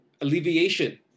alleviation